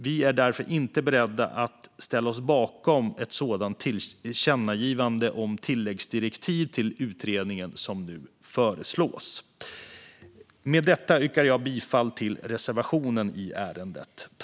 Vi är därför inte beredda att ställa oss bakom ett sådant tillkännagivande om tillläggsdirektiv till utredningen som nu föreslås. Med detta yrkar jag bifall till reservationen i ärendet.